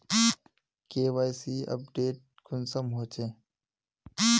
KYC update कुंसम होचे?